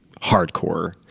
hardcore